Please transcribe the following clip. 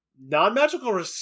non-magical